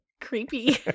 creepy